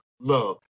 love